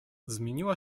zmieniła